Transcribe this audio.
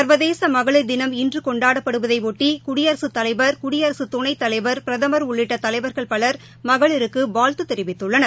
சர்வதேசமகளிர் தினம் இன்றுகொண்டாடப்படுவதையொட்டிகுடியரசுத் தலைவர் குடியரசுதுணைத்தலைவர் பிரதமர் உள்ளிட்டதலைவர்கள் பலர் மகளிருக்குவாழ்த்துதெரிவித்துள்ளனர்